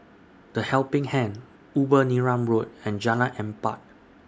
The Helping Hand Upper Neram Road and Jalan Empat